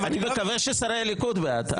אני מקווה ששרי הליכוד בעד.